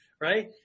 right